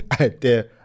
idea